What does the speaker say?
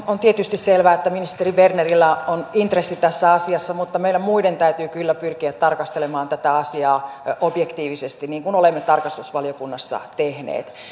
on tietysti selvä että ministeri bernerillä on intressi tässä asiassa mutta meidän muiden täytyy kyllä pyrkiä tarkastelemaan tätä asiaa objektiivisesti niin kuin olemme tarkastusvaliokunnassa tehneet